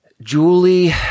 Julie